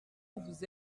vous